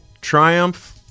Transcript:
Triumph